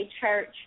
church